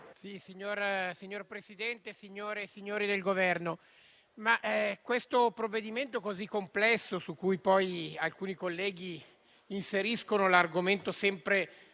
Signor Presidente, signore e signori del Governo, questo provvedimento così complesso, su cui poi alcuni colleghi inseriscono l'argomento sempre